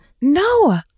No